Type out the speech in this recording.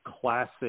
classic